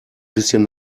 bisschen